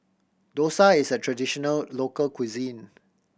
dosa is a traditional local cuisine